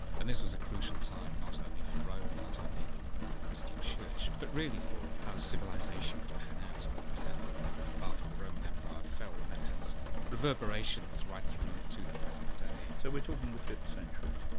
and this was a crucial time not only for rome, not only for the christian church, but really for how civilisation would pan out and what would happen after the roman empire fell, and that has reverberations right through to the present day. so we're talking the fifth century?